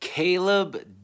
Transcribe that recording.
Caleb